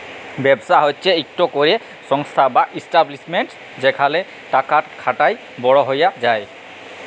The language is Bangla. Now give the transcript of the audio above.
ব্যবসা হছে ইকট ক্যরে সংস্থা বা ইস্টাব্লিশমেল্ট যেখালে টাকা খাটায় বড় হউয়া যায়